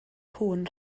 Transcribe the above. cŵn